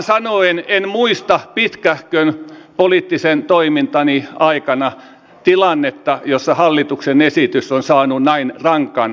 suoraan sanoen en muista pitkähkön poliittisen toimintani aikana tilannetta jossa hallituksen esitys on saanut näin rankan tuomion